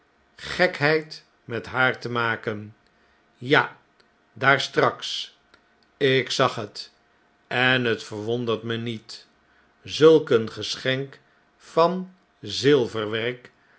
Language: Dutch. gekheid met haar te maken ja i daar straks ik zag het enhetverwondert me niet zulk een geschenk van zilverwerk